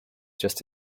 just